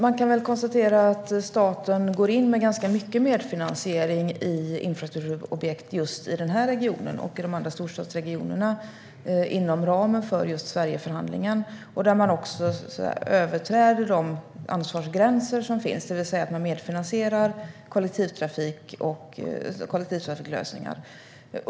Herr talman! Staten går in med ganska mycket medfinansiering i infrastrukturobjekt just i den här regionen och i de andra storstadsregionerna inom ramen för Sverigeförhandlingen. Där överträder man också de ansvarsgränser som finns, det vill säga att man medfinansierar kollektivtrafiklösningar.